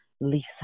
Lisa